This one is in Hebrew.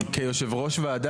באותו יום שעברה ההצעה